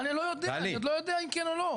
אני לא יודע, אני עוד לא יודע אם כן או לא.